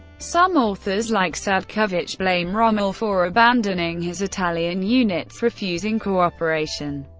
some authors like sadkovich blame rommel for abandoning his italian units, refusing cooperation,